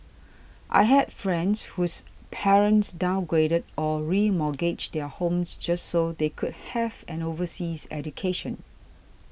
I had friends whose parents downgraded or remortgaged their homes just so they could have an overseas education